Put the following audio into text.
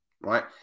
right